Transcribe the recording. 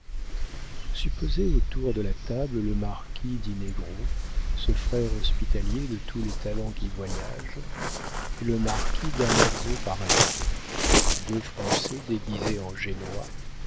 supposez autour de la table le marquis di negro ce frère hospitalier de tous les talents qui voyagent et le marquis damaso pareto deux français déguisés en génois